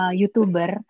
youtuber